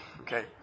Okay